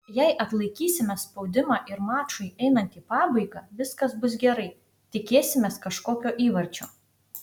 jei atlaikysime spaudimą ir mačui einant į pabaigą viskas bus gerai tikėsimės kažkokio įvarčio